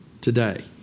today